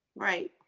right.